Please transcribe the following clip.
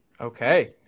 Okay